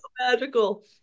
magical